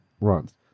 runs